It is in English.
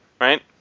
right